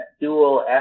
dual